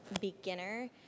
beginner